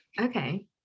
Okay